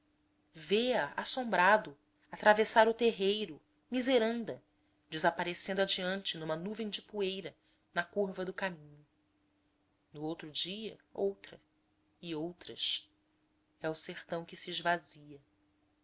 vê a assombrado atravessar o terreiro miseranda desaparecendo adiante numa nuvem de poeira na curva do caminho no outro dia outra e outras é o sertão que se esvazia